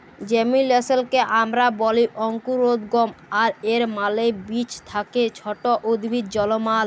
জেমিলেসলকে আমরা ব্যলি অংকুরোদগম আর এর মালে বীজ থ্যাকে ছট উদ্ভিদ জলমাল